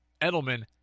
Edelman